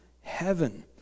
heaven